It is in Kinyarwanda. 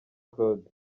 claude